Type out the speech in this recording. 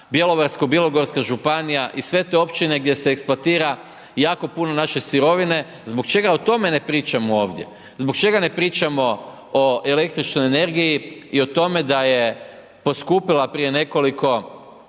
Bjelovarsko bilogorska županija, i sve te općine gdje se eksploatira, jako puno naše sirovine, zbog čega o tome ne pričamo ovdje? Zbog čega ne pričamo o električnoj energiji i o tome da je poskupila prije nekoliko